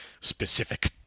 specific